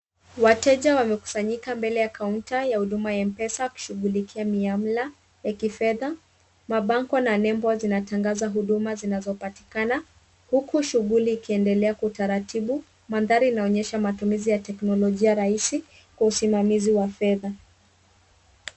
Wateja wamekusanyika mbele ya kaunta ya huduma ya Mpesa kushughulikia mihamla ya kifedha. Mabango na nembo zinatangaza huduma zinazopatikana huku shughuli ikiendelea kwa utaratibu. Mandhari inaonyesha matumizi ya teknolojia rahisi kwa usimamizi wa fedha.